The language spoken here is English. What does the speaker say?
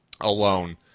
alone